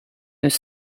nous